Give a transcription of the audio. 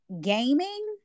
Gaming